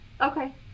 Okay